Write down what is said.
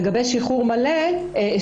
לגבי שחרור מוקדם,